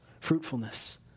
fruitfulness